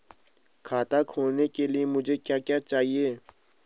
खाता खोलने के लिए मुझे क्या क्या चाहिए?